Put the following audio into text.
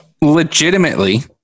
legitimately